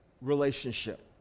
relationship